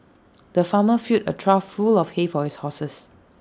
the farmer filled A trough full of hay for his horses